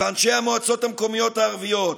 ואנשי המועצות המקומיות הערביות,